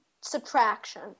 subtraction